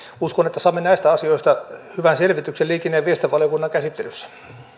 uskon että saamme näistä asioista hyvän selvityksen liikenne ja viestintävaliokunnan käsittelyssä